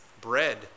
bread